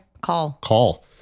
call